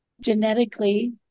genetically